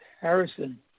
Harrison